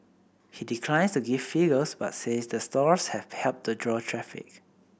he declines to give figures but says the stores have helped to draw traffic